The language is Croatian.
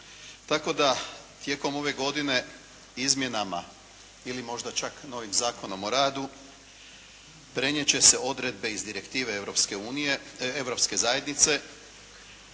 Tako da tijekom ove godine izmjenama ili možda čak novim Zakonom o radu prenijet će se odredbe iz direktive Europske zajednice